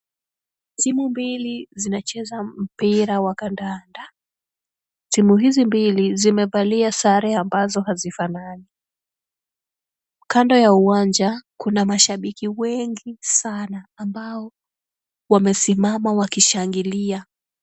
Timu mbili zinacheza mpira wa kandanda, timu hizi mbili zimevalia sare ambazo hazifanani. Kando ya uwanja kuna mashabiki wengi sana ambao wamesimama wakishangilia.